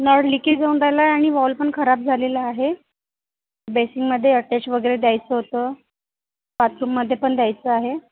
नळ लिकेज होऊन राहिलं आहे आणि वॉल पण खराब झालेलं आहे बेसिनमध्ये अटेच वगैरे द्यायचं होतं बाथरूममध्ये पण द्यायचं आहे